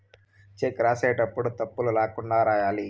check రాసేటప్పుడు తప్పులు ల్యాకుండా రాయాలి